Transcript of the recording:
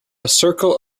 circle